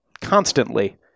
constantly